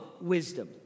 wisdom